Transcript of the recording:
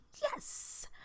Yes